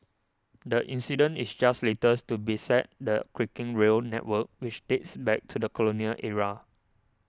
the incident is just latest to beset the creaking rail network which dates back to the colonial era